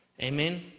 Amen